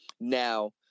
Now